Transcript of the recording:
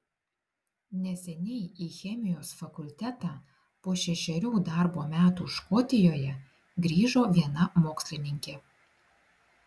neseniai į chemijos fakultetą po šešerių darbo metų škotijoje grįžo viena mokslininkė